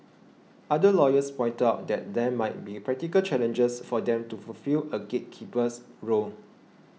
other lawyers pointed out that there might be practical challenges for them to fulfil a gatekeeper's role